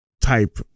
type